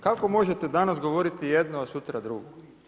Kako možete danas govoriti jedno, a sutra drugo.